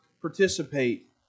participate